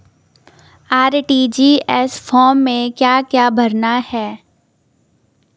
RTGS form में क्या क्या भरना है?